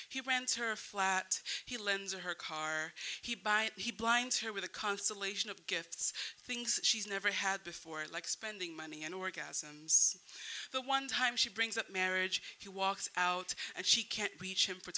he rents her flat he lends her car he by he blinds her with a constellation of gifts things she's never had before and like spending money on orgasms the one time she brings that marriage he walks out and she can't reach him for